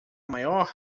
maior